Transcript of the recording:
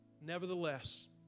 Nevertheless